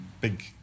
big